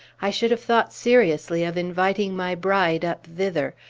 i should have thought seriously of inviting my bride up thither,